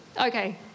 Okay